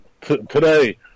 today